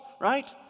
right